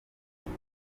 niko